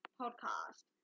podcast